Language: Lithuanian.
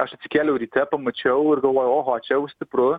aš atsikėliau ryte pamačiau ir galvojau oho čia jau stipru